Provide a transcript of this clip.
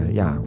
ja